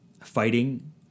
fighting